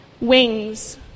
Wings